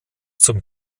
zum